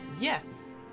yes